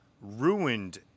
ruined